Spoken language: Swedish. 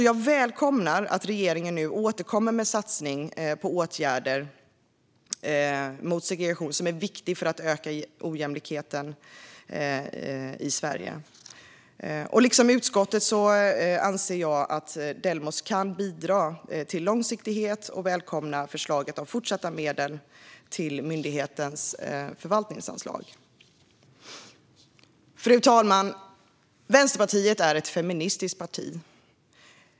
Jag välkomnar att regeringen nu återkommer med satsningen på åtgärder mot segregation, som är viktig för att öka jämlikheten i Sverige. Liksom utskottet anser jag att Delmos kan bidra till långsiktighet, och jag välkomnar därför förslaget om fortsatta medel till myndighetens förvaltningsanslag. Fru talman! Vänsterpartiet är ett feministiskt parti.